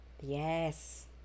Yes